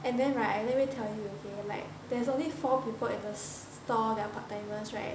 and then right let me tell you okay like there's only four people at the store that are part timers right